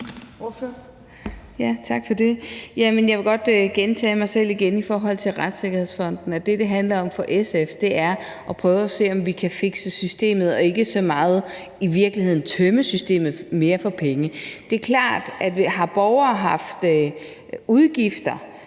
Jeg vil godt gentage mig selv i forhold til Retssikkerhedsfonden. Det, det handler om for SF, er at prøve at se, om vi kan fikse systemet og i virkeligheden ikke så meget at tømme systemet mere for penge. Det er klart, at har borgere haft udgifter